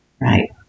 Right